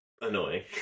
annoying